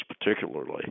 particularly